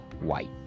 white